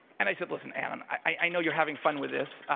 and i said, listen alan, i know you're having fun with this,